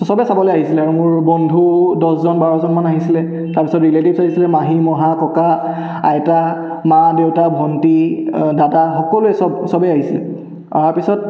ছ' সবেই চাবলৈ আহিছিলে আৰু মোৰ বন্ধু দহজন বাৰজনমান আহিছিলে তাৰপিছত ৰিলেটিভছ আহিছিলে মাহী মহা ককা আইতা মা দেউতা ভণ্টি দাদা সকলোৱে সব সবেই আহিছিলে অহাৰ পিছত